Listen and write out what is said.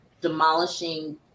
demolishing